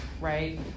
right